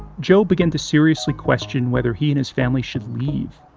joe began to seriously question whether he and his family should leave.